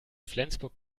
flensburg